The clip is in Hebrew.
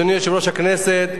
אדוני יושב-ראש הכנסת,